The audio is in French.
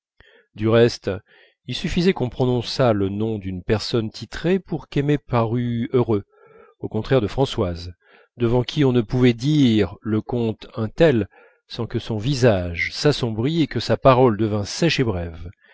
du reste il suffisait qu'on prononçât le nom d'une personne titrée pour qu'aimé parût heureux au contraire de françoise devant qui on ne pouvait dire le comte un tel sans que son visage s'assombrît et que sa parole devînt sèche et brève